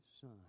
son